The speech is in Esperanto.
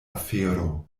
afero